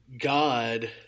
God